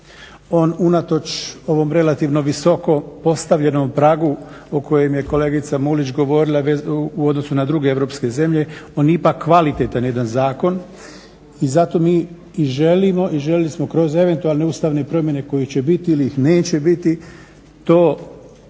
On unatoč ovom relativno visoko postavljenom pragu o kojem je kolegica Mulić govorila u odnosu na druge europske zemlje, on je ipak kvalitetan jedan zakon i zato mi i želimo i željeli smo kroz eventualne Ustavne promjene kojih će biti ili ih neće biti ta prava